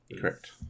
correct